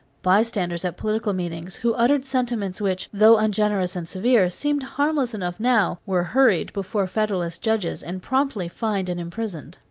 bystanders at political meetings, who uttered sentiments which, though ungenerous and severe, seem harmless enough now, were hurried before federalist judges and promptly fined and imprisoned.